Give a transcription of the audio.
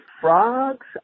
Frogs